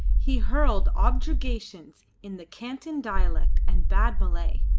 he hurled objurgations, in the canton dialect and bad malay,